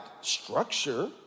structure